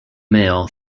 male